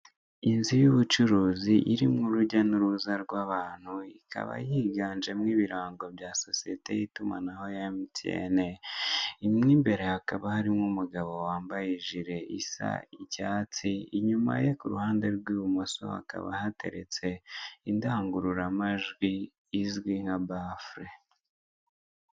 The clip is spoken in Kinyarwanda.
Inzu y'ubucuruzi irimo urujya n'uruza rw'abantu ikaba yiganjemo ibirango bya sosiyete y'itumanaho ya emutiyeni, imwe imbere hakaba harimo umugabo wambaye ijire isa icyatsi inyuma ye ku ruhande rw'ibumoso hakaba hateretse indangururamajwi izwi nka bafure.